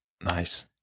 Nice